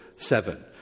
seven